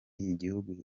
igihugu